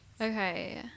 okay